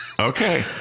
Okay